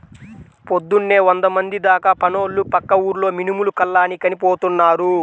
పొద్దున్నే వందమంది దాకా పనోళ్ళు పక్క ఊర్లో మినుములు కల్లానికని పోతున్నారు